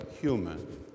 human